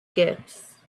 gifts